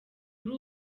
kuri